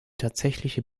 tatsächliche